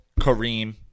Kareem